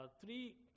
three